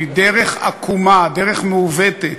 היא דרך עקומה, דרך מעוותת.